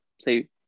say